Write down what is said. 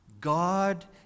God